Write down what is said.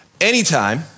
Anytime